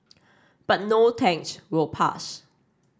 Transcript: but no thanks we'll pass